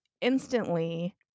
instantly